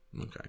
Okay